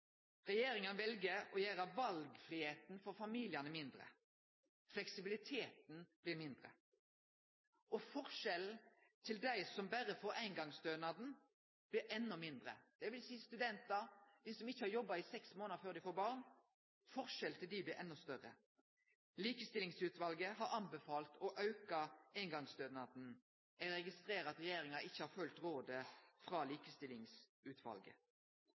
Regjeringa vel å gjere valfridomen for familiane mindre. Fleksibiliteten blir mindre, og forskjellen til dei som berre får eingongsstønad – det vil seie for studentar og dei som ikkje har jobba i seks månader før dei får barn – blir endå større. Likestillingsutvalet har anbefalt å auke eingongsstønaden. Eg registrerer at regjeringa ikkje har følgt rådet frå Likestillingsutvalet.